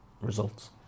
results